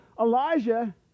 Elijah